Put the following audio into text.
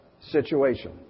situation